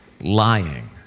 lying